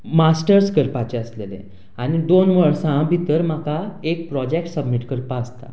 masters करपाचे आशिल्ले आनी दोन वर्सां भितर म्हाका एक प्रोजेक्ट सबमीट करपाक आसता